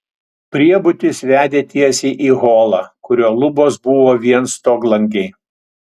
priebutis vedė tiesiai į holą kurio lubos buvo vien stoglangiai